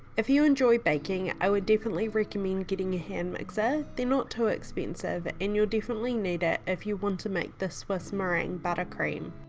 if you enjoy baking i would definitely recommend getting a hand mixer, they're not too expensive and you'll definitely need it if you want to make the swiss meringue buttercream.